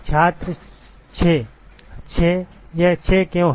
छात्र 6 6 यह 6 क्यों है